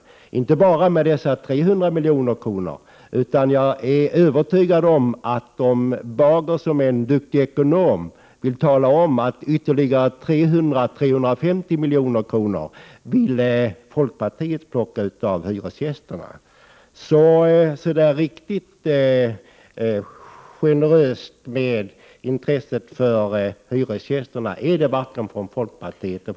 Det handlar då inte bara om dessa 300 miljoner, utan folkpartiet vill plocka ytterligare 300-350 milj.kr. av hyresgästerna, det kan Erling Bager som är en duktig ekonom tala om. Varken folkpartiet eller moderaterna är så Prot. 1988/89:47 där riktigt generösa mot hyresgästerna.